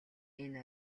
энэ